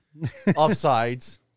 Offsides